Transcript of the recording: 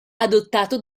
adottato